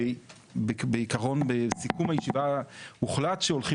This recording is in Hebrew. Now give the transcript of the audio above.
ובעיקרון בסיכום הישיבה הוחלט שהולכים